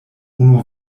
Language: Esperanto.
unu